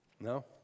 No